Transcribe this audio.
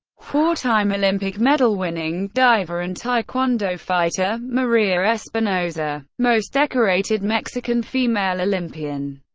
four-time olympic medal winning diver, and taekwondo fighter maria espinoza, most decorated mexican female olympian.